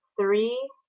three